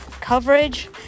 coverage